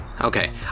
Okay